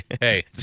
hey